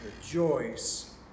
Rejoice